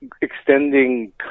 extending